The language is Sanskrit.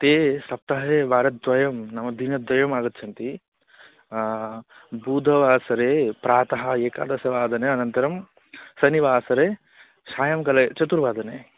ते सप्ताहे वारद्वयं नाम दिनद्वयम् आगच्छन्ति बुधवासरे प्रातः एकादशवादने अनन्तरं शनिवासरे सायङ्काले चतुर्वादने